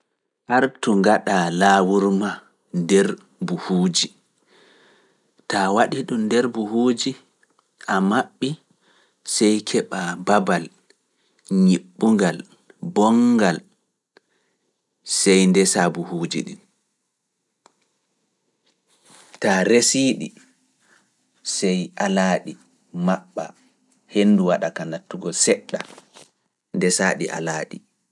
Artu ngaɗaa laawurma nder buhuuji, taa waɗi ɗum nder buhuuji a maɓɓi, sey keɓa babal ñiɓɓungal bonngal, sey ndesa buhuuji ɗin. Ta resii ɗi, sey alaa ɗi maɓɓa, henndu waɗa ka nattugo seɗɗa, ndesa ɗi alaa ɗi.